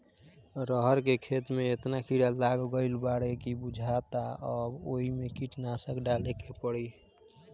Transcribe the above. रहर के खेते में एतना कीड़ा लाग गईल बाडे की बुझाता अब ओइमे कीटनाशक डाले के पड़ी